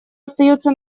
остается